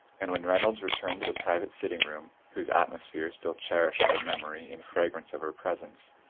and when reynolds returned to the private sitting-room, whose atmosphere still cherished the memory in fragrance of her presence,